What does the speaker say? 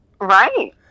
Right